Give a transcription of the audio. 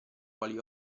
quali